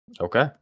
Okay